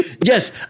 Yes